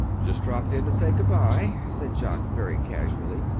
just dropped in to say good-by, said jock, very casually.